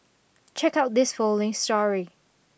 check out this following story